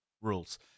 rules